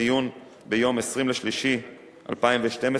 בדיון ביום 20 במרס 2012,